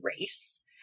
race